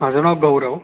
माझं नाव गौरव